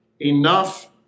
Enough